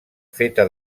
feta